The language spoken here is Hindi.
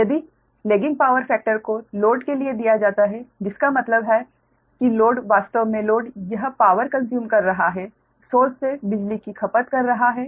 यदि लैगिंग पावर फैक्टर को लोड के लिए दिया जाता है जिसका मतलब है कि लोड वास्तव में लोड यह पावर कंस्यूम कर रहा है सोर्स से बिजली की खपत कर रहा है